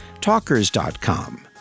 talkers.com